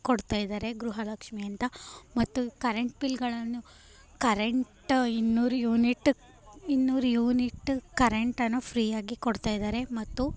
ಕೊಡ್ತಾಯಿದ್ದಾರೆ ಗೃಹಲಕ್ಷ್ಮಿ ಅಂತ ಮತ್ತು ಕರೆಂಟ್ ಬಿಲ್ಗಳನ್ನು ಕರೆಂಟ್ ಇನ್ನೂರು ಯೂನಿಟ್ ಇನ್ನೂರು ಯೂನಿಟು ಕರೆಂಟನ್ನು ಫ್ರೀಯಾಗಿ ಕೊಡ್ತಾಯಿದ್ದಾರೆ ಮತ್ತು